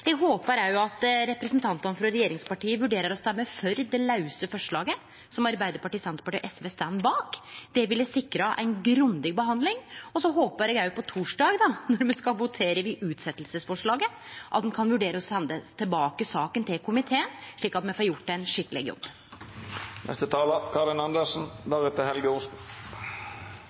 Eg håpar òg at representantane frå regjeringspartia vurderer å stemme for det lause forslaget som Arbeidarpartiet, Senterpartiet og SV står bak. Det ville sikre ei grundig behandling. Og så håpar eg òg på torsdag, når me skal votere over utsetjingsforslaget, at ein kan vurdere å sende saka tilbake til komiteen, slik at me får gjort ein skikkeleg